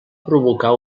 provocar